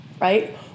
right